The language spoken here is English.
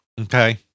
Okay